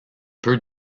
peu